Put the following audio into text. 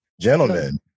Gentlemen